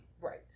Right